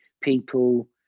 people